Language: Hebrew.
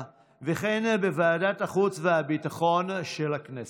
וכן בוועדת החוץ והביטחון של הכנסת.